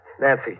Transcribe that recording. Nancy